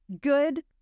good